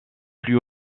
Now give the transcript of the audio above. plus